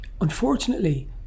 Unfortunately